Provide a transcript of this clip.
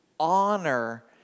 honor